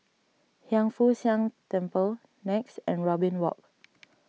Hiang Foo Siang Temple Nex and Robin Walk